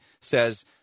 says